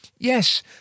Yes